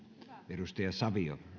arvoisa